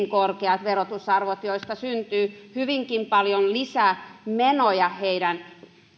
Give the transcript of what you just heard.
korkeat verotusarvot joista syntyy hyvinkin paljon lisää menoja heidän